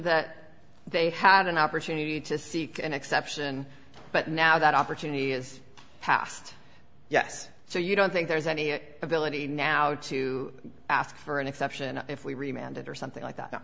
that they had an opportunity to seek an exception but now that opportunity is passed yes so you don't think there is any ability now to ask for an exception if we re mandate or something like that